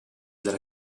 della